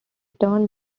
turned